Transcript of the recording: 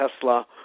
Tesla